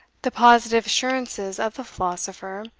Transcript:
the positive assurances of the philosopher,